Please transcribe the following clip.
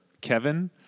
Kevin